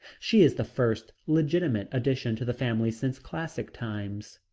she is the first legitimate addition to the family since classic times.